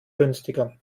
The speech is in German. günstiger